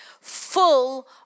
full